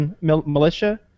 militia